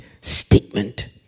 statement